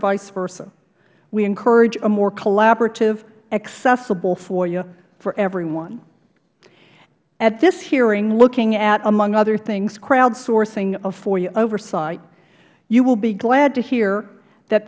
vice versa we encourage a more collaborative accessible foia for everyone at this hearing looking at among other things crowd sourcing of foia oversight you will be glad to hear that